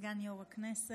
סגן יו"ר הכנסת.